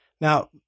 Now